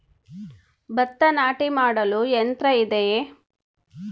ಭತ್ತ ನಾಟಿ ಮಾಡಲು ಯಂತ್ರ ಇದೆಯೇ?